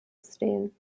stehen